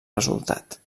resultat